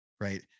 right